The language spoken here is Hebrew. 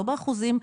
לא באחוזים,